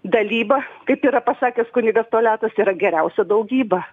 dalyba kaip yra pasakęs kunigas toliatas yra geriausia daugyba